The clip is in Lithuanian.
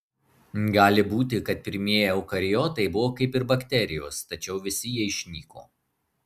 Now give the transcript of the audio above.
gali būti kad pirmieji eukariotai buvo kaip ir bakterijos tačiau visi jie išnyko